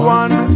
one